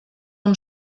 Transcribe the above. amb